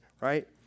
right